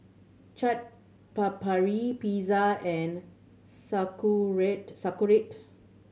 Chaat Papri Pizza and Sauerkraut Sauerkraut